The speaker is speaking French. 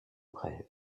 brève